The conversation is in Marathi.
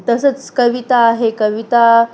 तसंच कविता आहे कविता